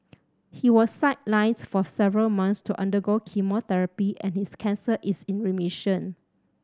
he was sidelines for several months to undergo chemotherapy and his cancer is in remission